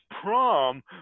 prom